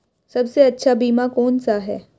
सबसे अच्छा बीमा कौन सा है?